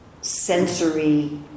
sensory